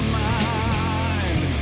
mind